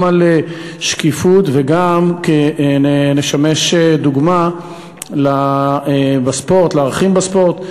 שקיפות וגם נשמש דוגמה בספורט ולערכים בספורט.